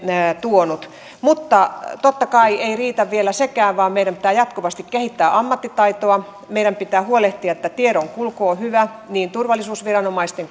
tuonut mutta totta kai ei riitä vielä sekään vaan meidän pitää jatkuvasti kehittää ammattitaitoa meidän pitää huolehtia että tiedonkulku on hyvä niin turvallisuusviranomaisten